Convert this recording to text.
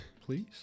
please